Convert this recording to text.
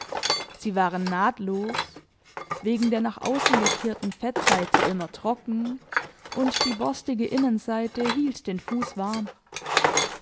sie waren nahtlos wegen der nach außen gekehrten fettseite immer trocken und die borstige innenseite hielt den fuß warm